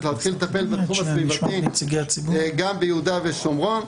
להתחיל לטפל בתחום הסביבתי גם ביהודה ושומרון,